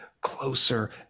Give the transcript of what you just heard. closer